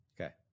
Okay